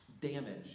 damage